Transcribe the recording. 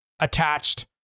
attached